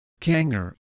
Kanger